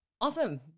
Awesome